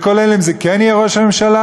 וכולל אם זה כן יהיה ראש הממשלה,